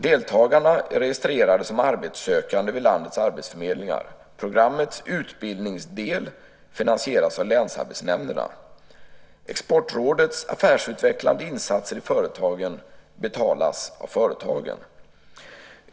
Deltagarna är registrerade som arbetssökande vid landets arbetsförmedlingar. Programmets utbildningsdel finansieras av länsarbetsnämnderna. Exportrådets affärsutvecklande insatser i företagen betalas av företagen.